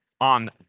on